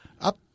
Up